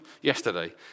yesterday